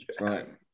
Right